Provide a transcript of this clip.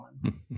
one